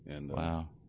Wow